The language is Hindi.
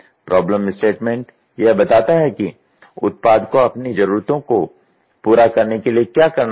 प्रॉब्लम स्टेटमेंट यह बताता है कि उत्पाद को अपनी जरूरत को पूरा करने के लिए क्या करना चाहिए